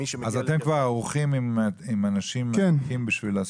מי שמגיע --- אז אתם כבר ערוכים עם אנשים בשביל לעשות.